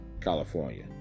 California